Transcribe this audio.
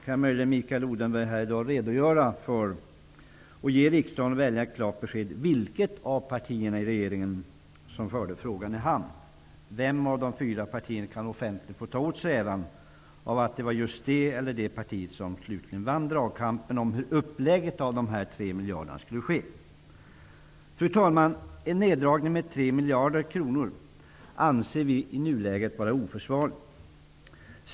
Kan Mikael Odenberg möjligen i dag här ge riksdagen och väljarna ett klart besked om vilket av partierna i regeringen det är som har fört frågan i hamn? Vilket av de fyra partierna kan alltså offentligt få ta åt sig äran av att slutligen ha vunnit dragkampen om hur upplägget beträffande de här 3 miljarderna skulle ske? Fru talman! En neddragning med 3 miljarder kronor anser vi i nuläget vara oförsvarlig.